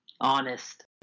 honest